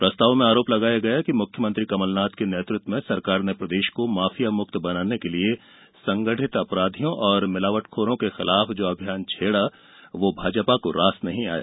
प्रस्ताव में आरोप लगाया गया कि मुख्यमंत्री कमल नाथ के नेतृत्व में सरकार ने प्रदेश को माफियामुक्त बनाने के लिए संगठित अपराधियों और मिलावटखोरों के खिलाफ जो अभियान छेड़ा वो भाजपा को रास नहीं आया